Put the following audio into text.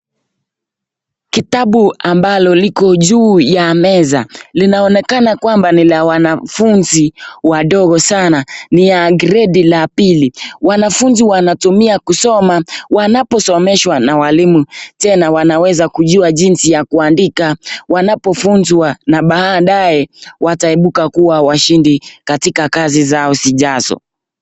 Kitabu ambalo liko juu ya meza linaonekana kwamba ni la wanafunzi wadogo sana, ni ya grade la pili. Wanafunzi wanatumia kusoma wanaposomeshwa na walimu. Tena wanaweza kujua jinsi ya kuandika wanapofunzwa na baadaye wataibuka kuwa washindi katika kazi zao zijazo.